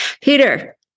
Peter